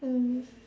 mm